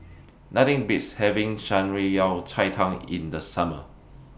Nothing Beats having Shan Rui Yao Cai Tang in The Summer